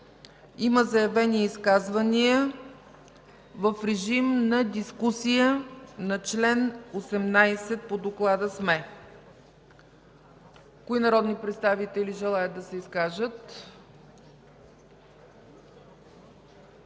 Има заявени изказвания. В режим на дискусия сме на чл. 18 по доклада. Кои народни представители желаят да се изкажат?